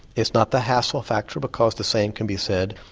it's not the hassle factor because the same can be said,